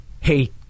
hey